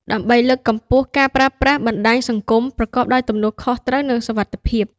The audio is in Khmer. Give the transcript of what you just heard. ដើម្បីលើកកម្ពស់ការប្រើប្រាស់បណ្តាញសង្គមប្រកបដោយទំនួលខុសត្រូវ និងសុវត្ថិភាព។